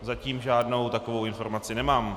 Zatím žádnou takovou informaci nemám.